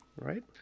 Right